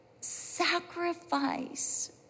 Sacrifice